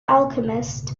alchemist